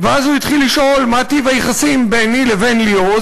ואז הוא התחיל לשאול מה טיב היחסים ביני לבין ליאור,